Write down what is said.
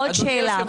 עוד שאלה.